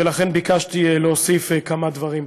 ולכן ביקשתי להוסיף כמה דברים.